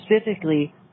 specifically